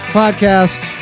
podcast